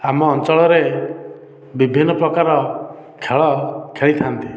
ଆମ ଅଞ୍ଚଳରେ ବିଭିନ୍ନ ପ୍ରକାର ଖେଳ ଖେଳିଥାନ୍ତି